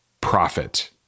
Profit